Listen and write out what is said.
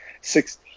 six